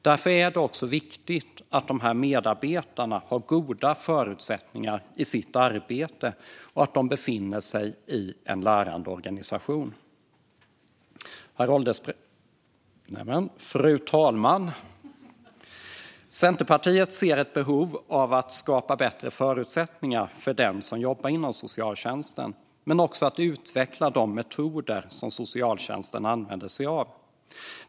Därför är det också viktigt att dessa medarbetare har goda förutsättningar i sitt arbete och att de befinner sig i en lärande organisation. Fru talman! Centerpartiet ser ett behov av att skapa bättre förutsättningar för den som jobbar inom socialtjänsten men också av att utveckla de metoder som socialtjänsten använder sig av.